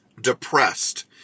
depressed